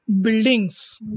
buildings